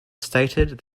stated